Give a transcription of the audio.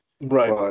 right